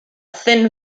thin